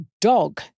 dog